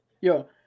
Yo